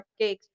cupcakes